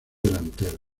delantero